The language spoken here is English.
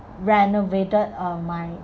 renovated uh my